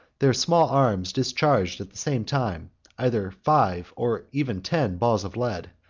their small arms discharged at the same time either five, or even ten, balls of lead,